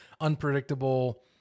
unpredictable